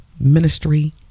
ministry